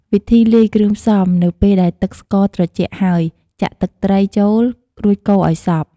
វិធីលាយគ្រឿងផ្សំ នៅពេលដែលទឹកស្ករត្រជាក់ហើយ ចាក់ ទឹកត្រី ចូល រួចកូរឲ្យសព្វ។